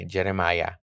Jeremiah